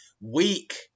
weak